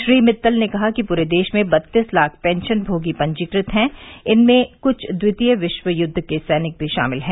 श्री मित्तल ने कहा कि पूरे देश में बत्तीस लाख पेंशन भोगी पंजीकृत है इनमें कुछ द्वितीय विश्व युद्व के सैनिक भी शामिल है